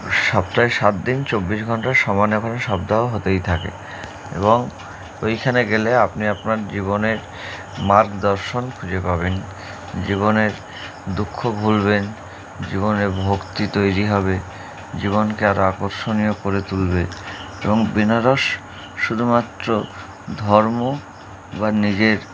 সপ্তাহে সাত দিন চব্বিশ ঘন্টার সমান এখানে শব দাহ হতেই থাকে এবং ওইখানে গেলে আপনি আপনার জীবনের মার্গ দর্শন খুঁজে পাবেন জীবনের দুঃখ ভুলবেন জীবনে ভক্তি তৈরি হবে জীবনকে আরও আকর্ষণীয় করে তুলবে এবং বিনারস শুধুমাত্র ধর্ম বা নিজের